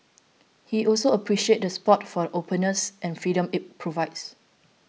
he also appreciates the spot for the openness and freedom it provides